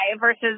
versus